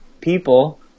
people